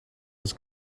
was